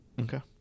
Okay